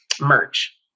merch